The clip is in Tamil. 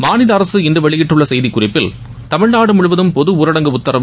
மாநில அரசு இன்று வெளியிட்டுள்ள செய்திக்குறிப்பில் தமிழ்நாடு முழுவதும் பொது ஊரடங்கு உத்தரவு